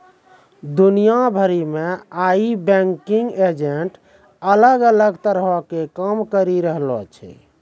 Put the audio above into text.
दुनिया भरि मे आइ बैंकिंग एजेंट अलग अलग तरहो के काम करि रहलो छै